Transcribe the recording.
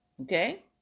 okay